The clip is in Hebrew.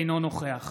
אינו נוכח